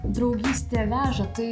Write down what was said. draugystė veža tai